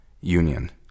union